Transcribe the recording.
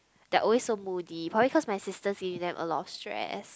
they always so moody probably cause my sisters give them a lot of stress